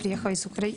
אני הגעתי מאוקראינה.